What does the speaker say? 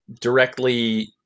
directly